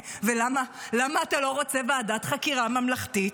ולמה, למה אתה לא רוצה ועדת חקירה ממלכתית?